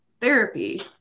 therapy